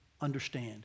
understand